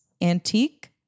antique